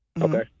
Okay